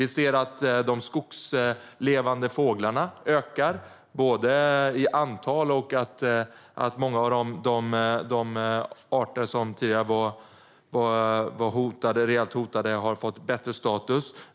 Vi ser att de skogslevande fåglarna ökar, både i antal och genom att många av de arter som tidigare var rejält hotade har fått bättre status.